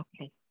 Okay